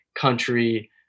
country